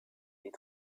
est